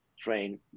train